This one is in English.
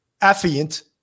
affiant